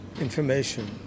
information